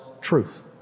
truth